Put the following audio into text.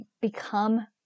become